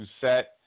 set